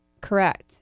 correct